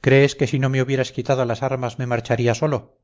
crees que si no me hubieras quitado las armas me marcharía solo